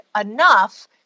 enough